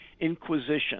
Inquisition